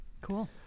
cool